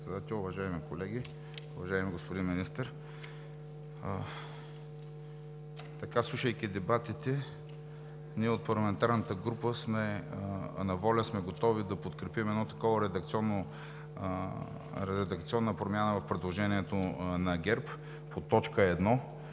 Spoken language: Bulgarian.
Председател, уважаеми колеги, уважаеми господин Министър! Слушайки дебатите, ние от парламентарната група на ВОЛЯ сме готови да подкрепим една такава редакционна промяна в предложението на ГЕРБ по точка